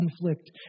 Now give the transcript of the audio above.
conflict